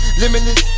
limitless